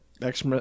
next